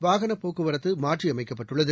வாகனபோக்குவரத்துமாற்றியமைக்கப்பட்டுள்ளது